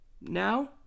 Now